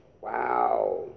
Wow